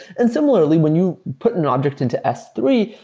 and similarly, when you put an object into s three,